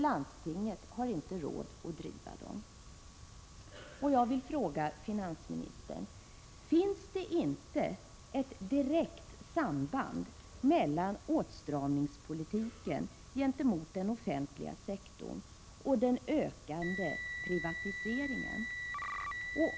Landstinget har inte råd att driva dem. Jag vill fråga finansministern: Finns det inte ett direkt samband mellan åtstramningspolitiken gentemot den offentliga sektorn och den ökande privatiseringen?